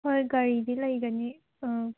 ꯍꯣꯏ ꯒꯥꯔꯤꯗꯤ ꯂꯩꯒꯅꯤ ꯑ